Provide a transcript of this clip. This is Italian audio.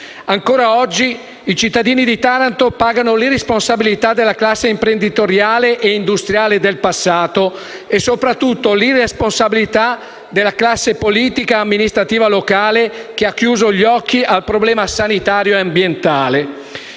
Ancora oggi i cittadini di Taranto pagano l'irresponsabilità della classe imprenditoriale e industriale del passato e, soprattutto, l'irresponsabilità della classe politica e amministrativa locale, che ha chiuso gli occhi sul problema sanitario e ambientale.